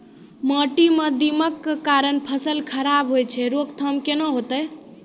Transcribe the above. माटी म दीमक के कारण फसल खराब होय छै, रोकथाम केना होतै?